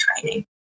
training